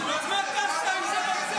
אז מה אתה עושה אם זה לא בסדר?